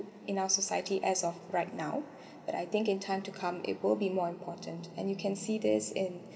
in our society as of right now but I think in time to come it will be more important and you can see this in